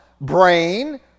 brain